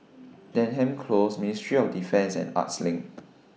Denham Close Ministry of Defence and Arts LINK